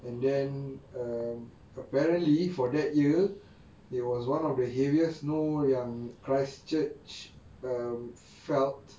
and then um apparently for that year there was one of the heaviest snow yang christchurch um felt